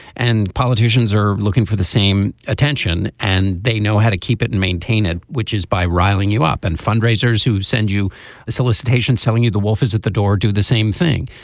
and politicians are looking for the same attention and they know how to keep it and maintain it which is by riling you up and fundraisers who send you the the solicitation selling you the wolf is at the door. do the same thing.